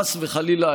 חס וחלילה,